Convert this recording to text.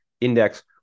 index